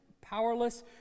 powerless